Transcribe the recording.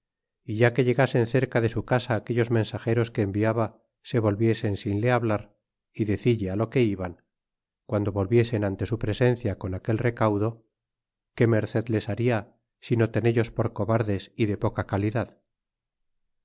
es ya que llegasen cerca de su casa aquellos mensageros que enviaba se volviesen sin le hablar y decille á lo que iban guando volviesen ante su presencia con aquel recaudo qué merced les haria sino tenellos por cobardes y le poca calidad